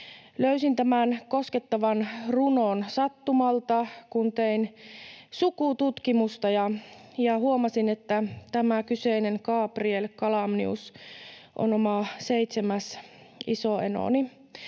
Löysin tämän koskettavan runon sattumalta, kun tein sukututkimusta ja huomasin, että tämä kyseinen Gabriel Calamnius on oma seitsemäs isoenoni,